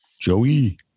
Joey